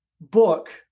book